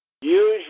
Usually